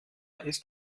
ist